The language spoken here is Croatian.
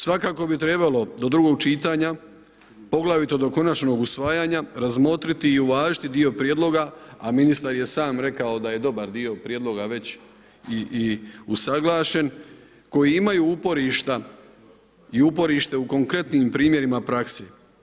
Svakako bi trebalo do drugog čitanja, poglavito do konačnog usvajanja razmotriti i uvažiti dio prijedloga, a ministar je sam rekao da je dobar dio prijedloga već i usuglašen, koji imaju uporišta i uporište u konkretnim primjerima prakse.